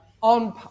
on